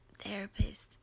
Therapist